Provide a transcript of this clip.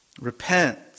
Repent